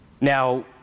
Now